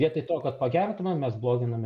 vietoj to kad pagerintume mes bloginame